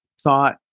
thought